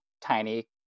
tiny